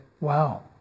Wow